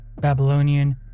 babylonian